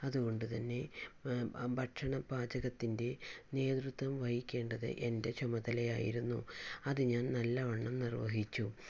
അതുകൊണ്ടുതന്നെ ഭക്ഷണം പാചകത്തിൻ്റെ നേതൃത്വം വഹിക്കേണ്ടത് എൻ്റെ ചുമതലയായിരുന്നു അത് ഞാൻ നല്ലവണ്ണം നിർവഹിച്ചു